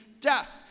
death